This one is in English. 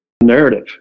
Narrative